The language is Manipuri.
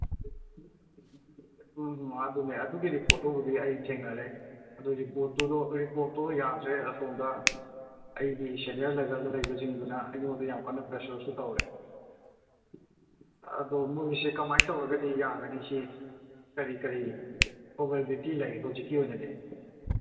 ꯎꯝ ꯎꯝ ꯑꯗꯨꯅꯦ ꯑꯗꯨꯒꯤ ꯔꯤꯄꯣꯔꯠꯇꯨꯕꯨꯗꯤ ꯑꯩ ꯊꯦꯡꯅꯔꯦ ꯑꯗꯨ ꯔꯤꯄꯣꯔꯠꯇꯣ ꯌꯥꯗ꯭ꯔꯦ ꯑꯁꯣꯝꯗ ꯑꯩꯒꯤ ꯁꯦꯅꯤꯌꯔ ꯂꯦꯕꯦꯜꯗ ꯂꯩꯕꯁꯤꯡꯗꯨꯅ ꯑꯩꯉꯣꯟꯗ ꯌꯥꯝ ꯀꯟꯅ ꯄ꯭ꯔꯦꯁꯔꯁꯨ ꯇꯧꯔꯦ ꯑꯗꯣ ꯃꯣꯏꯁꯦ ꯀꯃꯥꯏꯅ ꯇꯧꯔꯒꯗꯤ ꯌꯥꯒꯅꯤ ꯁꯤ ꯀꯔꯤ ꯀꯔꯤ ꯄ꯭ꯔꯣꯕꯦꯕꯤꯂꯤꯇꯤ ꯂꯩ ꯍꯧꯖꯤꯛꯀꯤ ꯑꯣꯏꯅ